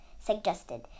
suggested